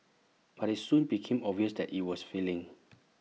but IT soon became obvious that IT was failing